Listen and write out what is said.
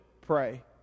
pray